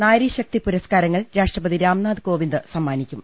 നാരി ശക്തി പുരസ്കാരങ്ങൾ രാഷ്ട്രപതി രാംനാഥ് കോവിന്ദ് സമ്മാനിക്കും